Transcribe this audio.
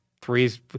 Three's